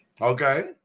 Okay